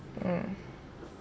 mm